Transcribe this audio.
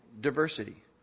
Diversity